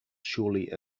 surely